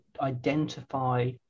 identify